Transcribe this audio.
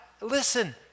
listen